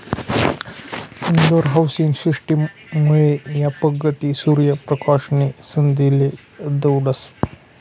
Indore housing system मुये यापक गती, सूर्य परकाश नी संधीले दवडतस